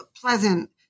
pleasant